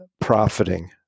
profiting